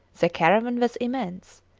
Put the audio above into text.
the caravan was immense.